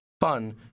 fun